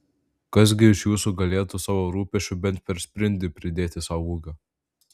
kas gi iš jūsų galėtų savo rūpesčiu bent per sprindį pridėti sau ūgio